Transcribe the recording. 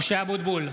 משה אבוטבול,